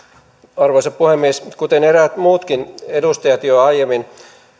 arvoisa puhemies kuten eräät muutkin edustajat jo aiemmin